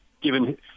given